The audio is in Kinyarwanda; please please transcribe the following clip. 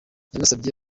yanasabye